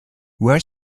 where